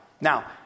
now